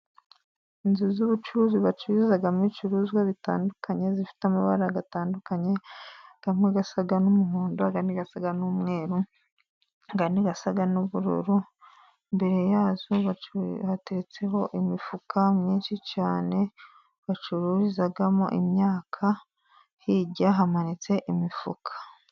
Inzu z'ubucuruzi bacururizamo ibicuruzwa bitandukanye, zifite amabara atandukanye, amwe asa n'umuhondo, andi asaga n'umweru, andi asa n'ubururu, imbere yazo hateretseho imifuka myinshi cyane, bacururizamo imyaka, hirya hamanitse imifuka.